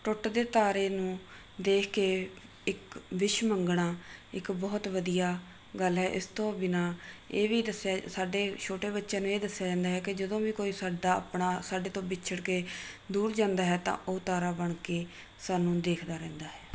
ਟੁੱਟਦੇ ਤਾਰੇ ਨੂੰ ਦੇਖ ਕੇ ਇੱਕ ਵਿਸ਼ ਮੰਗਣਾ ਇੱਕ ਬਹੁਤ ਵਧੀਆ ਗੱਲ ਹੈ ਇਸ ਤੋਂ ਬਿਨਾਂ ਇਹ ਵੀ ਦੱਸਿਆ ਸਾਡੇ ਛੋਟੇ ਬੱਚਿਆਂ ਨੂੰ ਇਹ ਦੱਸਿਆ ਜਾਂਦਾ ਹੈ ਕਿ ਜਦੋਂ ਵੀ ਕੋਈ ਸਾਡਾ ਆਪਣਾ ਸਾਡੇ ਤੋਂ ਵਿਛੜ ਕੇ ਦੂਰ ਜਾਂਦਾ ਹੈ ਤਾਂ ਉਹ ਤਾਰਾ ਬਣ ਕੇ ਸਾਨੂੰ ਦੇਖਦਾ ਰਹਿੰਦਾ ਹੈ